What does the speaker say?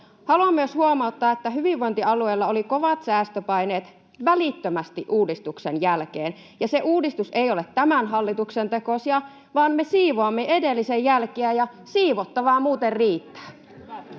Haluan myös huomauttaa, että hyvinvointialueella oli kovat säästöpaineet välittömästi uudistuksen jälkeen, ja se uudistus ei ole tämän hallituksen tekosia, vaan me siivoamme edellisen jälkiä, ja siivottavaa muuten riittää.